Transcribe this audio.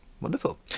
Wonderful